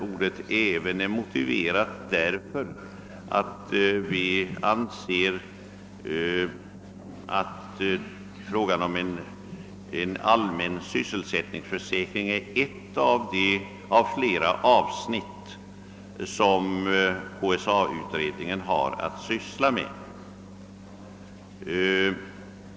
Ordet »även» är motiverat därför att vi har den uppfattningen att frågan om en allmän sysselsättningsförsäkring är ett av flera problem som KSA-utredningen har att syssla med.